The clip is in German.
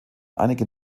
einige